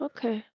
Okay